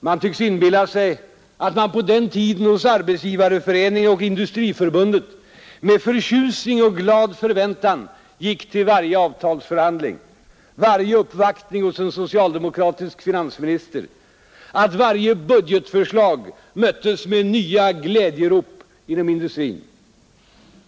Man tycks inbilla sig att man på den tiden hos Arbetsgivareföre Allmänpolitisk ningen och Industriförbundet med förtjusning och glad förväntan gick till debatt varje avtalsförhandling, varje uppvaktning hos en socialdemokratisk finansminister, att varje budgetförslag möttes med nya glädjerop inom industrin.